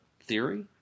theory